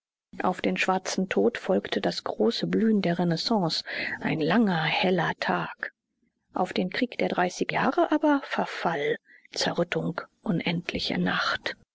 auf den schwarzen tod folgte das große blühen der renaissance ein langer heller tag auf den krieg der dreißig jahre aber verfall zerrüttung unendliche nacht